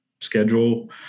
schedule